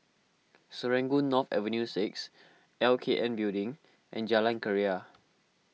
Serangoon North Avenue six L K N Building and Jalan Keria